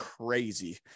crazy